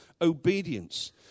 obedience